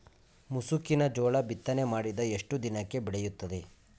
ಮುಸುಕಿನ ಜೋಳ ಬಿತ್ತನೆ ಮಾಡಿದ ಎಷ್ಟು ದಿನಕ್ಕೆ ಬೆಳೆಯುತ್ತದೆ?